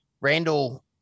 Randall